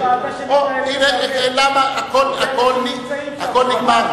או, הנה, למה, הכול נגמר.